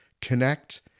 connect